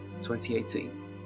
2018